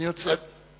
אני עוצר.